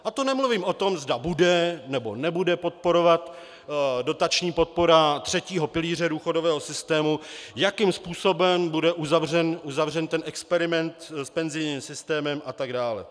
A to nemluvím o tom, zda bude, nebo nebude podporovat dotační podpora třetího pilíře důchodového systému, jakým způsobem bude uzavřen ten experiment s penzijním systémem atd.